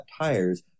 tires